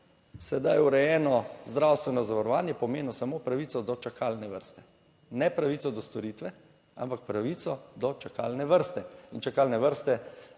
sedaj urejeno zdravstveno zavarovanje, pomenil samo pravico do čakalne vrste. Ne pravico do storitve, ampak pravico do čakalne vrste. In čakalne vrste